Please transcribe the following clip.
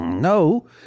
No